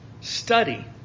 study